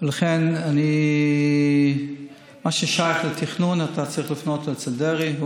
ולכן מה ששאלת על תכנון, אתה צריך לפנות לדרעי.